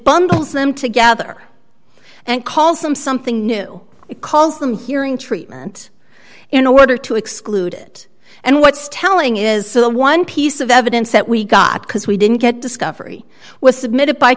bundles them together and calls them something new calls them hearing treatment in order to exclude it and what's telling is the one piece of evidence that we got because we didn't get discovery was submitted by